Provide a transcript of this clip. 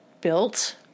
built